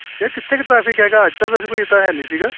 ਯਾਰ ਕਿੱਥੇ ਕੁ ਟਰੈਫਿਕ ਹੈਗਾ ਅੱਜ ਤਾਂ ਵੈਸੇ ਕੋਈ ਇੱਦਾਂ ਹੈ ਨਹੀਂ ਸੀਗਾ